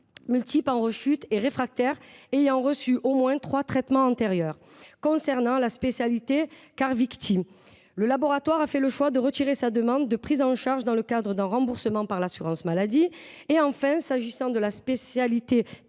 multiple en rechute et réfractaire ayant reçu au moins trois traitements antérieurs. Concernant la spécialité Carvykti, le laboratoire a fait le choix de retirer sa demande de prise en charge dans le cadre d’un remboursement par l’assurance maladie. Enfin, s’agissant de la spécialité